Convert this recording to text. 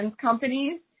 companies